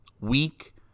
weak